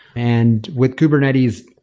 and with kubernetes,